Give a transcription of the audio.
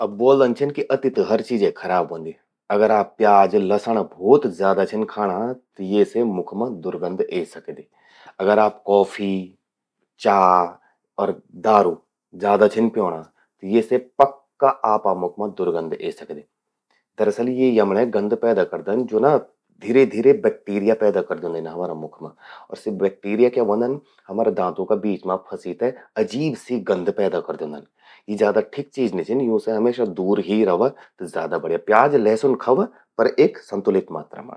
अब ब्वोल्दन छिन कि अति त हर चीजे खराब ह्वोंदि। अगर आप प्याज, लसण भौत ज्यादा छिन खाणा त येसे मुख मां दुर्गंध ए सकदि। अगर आप कॉफी, चा, दारू ज्यादा छिन प्यौंणा त येसे पक्का आपा मुख मां दुर्गंध ए सकदि। दरअसल, यि ना यमण्यें गंध पैदा करदिन ज्वो ना धीरे धीरे बैक्टीरिया पैदा करि द्योंदिन मुख मा। अर सि बैक्टीरिया क्या ह्वोंदन हमारा दांतों का बीच मां फंसी ते अजीब सी गंध पैदा करि द्योंदन। यि ज्यादा ठिक चीज नि छिन, यूं से जथ्या दूर रावा त ज्यादा बढ़िया। प्या, लहसुन खावा पर एक संतुलित मात्रा मां।